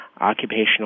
occupational